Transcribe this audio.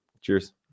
Cheers